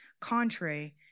contrary